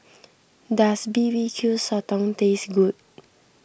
does B B Q Sotong taste good